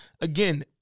again